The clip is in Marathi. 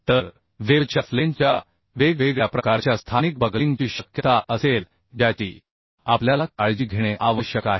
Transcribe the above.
तर वेव्हच्या फ्लेंजच्या वेगवेगळ्या प्रकारच्या स्थानिक बकलिंगची शक्यता असेल ज्याची आपल्याला काळजी घेणे आवश्यक आहे